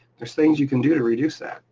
there's things you can do to reduce that.